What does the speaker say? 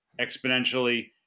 exponentially